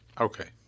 Okay